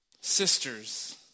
sisters